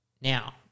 Now